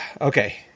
Okay